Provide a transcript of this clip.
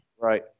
Right